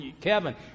Kevin